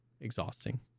exhausting